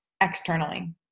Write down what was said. externally